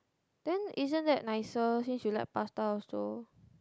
then isn't that nicer since you like pasta also